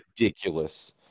Ridiculous